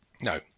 No